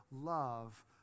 love